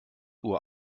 uhr